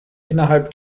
innerhalb